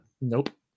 Nope